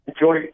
Enjoy